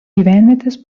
gyvenvietės